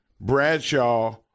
Bradshaw